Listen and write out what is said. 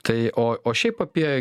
tai o šiaip apie